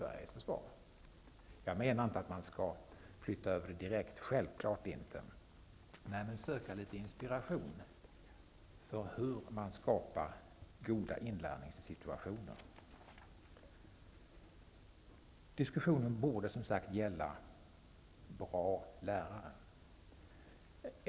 Jag menar självfallet inte att man skall flytta över utbildningen. Man kan däremot söka litet inspiration till hur man kan skapa goda inlärningssituationer. Diskussionen borde som sagt gälla vad som menas med bra lärare.